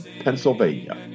Pennsylvania